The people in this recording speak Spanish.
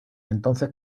entonces